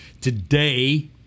today